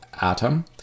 atom